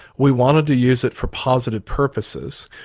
we wanted to use it for positive purposes.